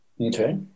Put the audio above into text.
Okay